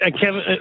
Kevin